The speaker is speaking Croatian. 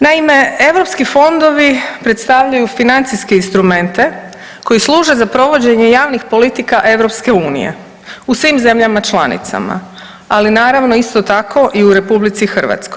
Naime, europski fondovi predstavljaju financijske instrumente koji služe za provođenje javnih politika EU u svim zemljama članicama, ali naravno isto tako i u RH.